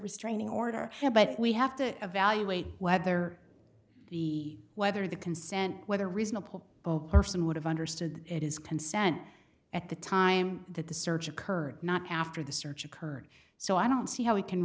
restraining order but we have to evaluate whether the whether the consent whether a reasonable person would have understood it is consent at the time that the search occurred not after the search occurred so i don't see how we can